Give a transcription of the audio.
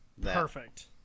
Perfect